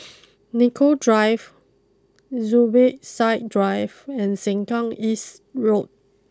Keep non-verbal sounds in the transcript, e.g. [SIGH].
[NOISE] Nicoll Drive Zubir Said Drive and Sengkang East Road